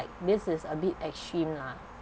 this is a bit extreme lah